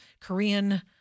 Korean